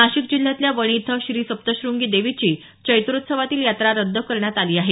नाशिक जिल्ह्यातल्या वणी इथं श्री सप्तशंगी देवीची चैत्रोत्सवातील यात्रा रद्द करण्यात आली आहे